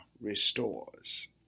restores